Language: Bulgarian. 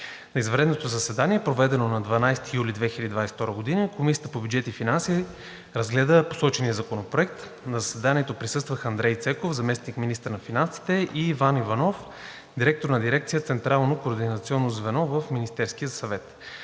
На извънредно заседание, проведено на 12 юли 2022 г., Комисията по бюджет и финанси разгледа посочения законопроект. На заседанието присъстваха Андрей Цеков – заместник-министър на финансите, и Иван Иванов – директор на дирекция „Централно